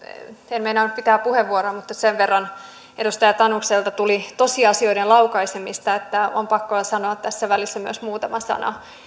en meinannut pitää puheenvuoroa mutta sen verran edustaja tanukselta tuli tosiasioiden laukaisemista että on pakko sanoa myös tässä välissä muutama sana